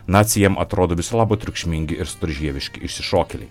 naciai jam atrodo viso labo triukšmingi ir storžieviški išsišokėliai